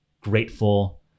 grateful